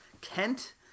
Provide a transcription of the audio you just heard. Kent